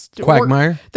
quagmire